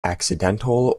accidental